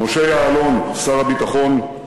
משה יעלון, שר הביטחון,